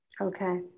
Okay